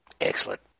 Excellent